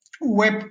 web